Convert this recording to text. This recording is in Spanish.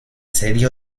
serie